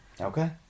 Okay